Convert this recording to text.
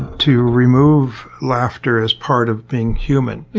to remove laughter as part of being human,